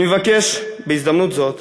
אני מבקש בהזדמנות זאת